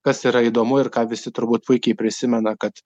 kas yra įdomu ir ką visi turbūt puikiai prisimena kad